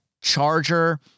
charger